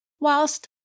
whilst